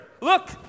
look